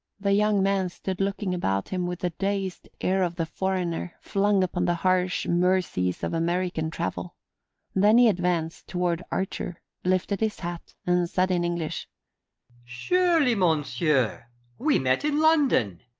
the young man stood looking about him with the dazed air of the foreigner flung upon the harsh mercies of american travel then he advanced toward archer, lifted his hat, and said in english surely, monsieur, we met in london?